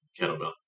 Kettlebell